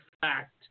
fact